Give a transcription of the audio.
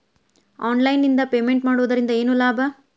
Online ನಿಂದ payment ಮಾಡುವುದರಿಂದ ಏನು ಲಾಭ?